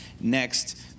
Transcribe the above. next